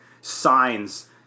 signs